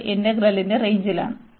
ഇത് ഈ ഇന്റഗ്രലിന്റെ റേഞ്ചിലാണ്